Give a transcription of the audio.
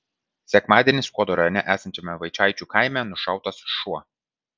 sekmadienį skuodo rajone esančiame vaičaičių kaime nušautas šuo